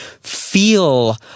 feel